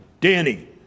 Danny